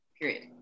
Period